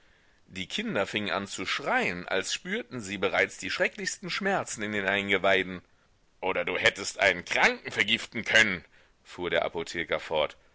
die kinder fingen an zu schreien als spürten sie bereits die schrecklichsten schmerzen in den eingeweiden oder du hättest einen kranken vergiften können fuhr der apotheker fort